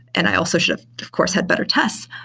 and i also should have of course had better test.